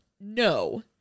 No